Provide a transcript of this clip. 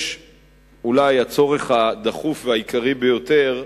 אולי הצורך הדחוף והעיקרי ביותר,